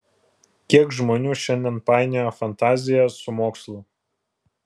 kiek žmonių šiandien painioja fantaziją su mokslu